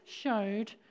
showed